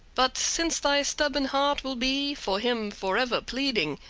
but since thy stubborn heart will be for him forever pleading,